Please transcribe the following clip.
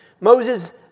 Moses